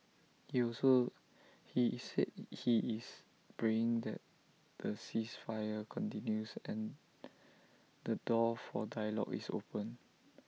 he also he IT said he is praying that the ceasefire continues and the door for dialogue is opened